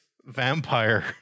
vampire